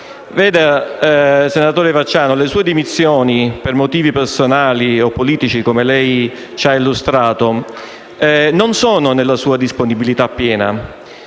Vede, senatore Vacciano, le sue dimissioni per motivi personali o politici, come lei ci ha illustrato, non sono nella sua disponibilità piena,